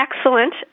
excellent